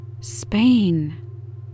Spain